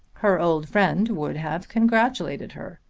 her old friend would have congratulated her.